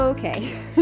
Okay